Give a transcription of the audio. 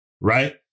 right